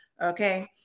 okay